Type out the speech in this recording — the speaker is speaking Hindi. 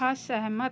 असहमत